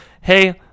hey